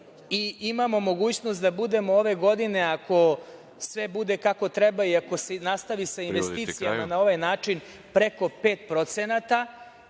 i imamo mogućnost da budemo ove godine, ako sve bude kako treba i ako se nastavi sa investicijama na ovaj način, preko